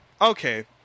okay